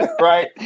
right